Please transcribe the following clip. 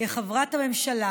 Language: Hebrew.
כחברת הממשלה